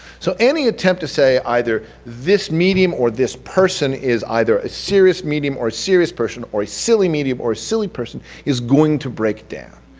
so any attempt to say either this medium or this person is either a serious medium or serious person or a silly medium or a silly person is going to break down,